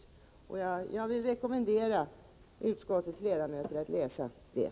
Jag rekommenderar utskottets ledamöter att läsa det.